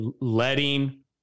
letting